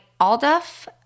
Alduf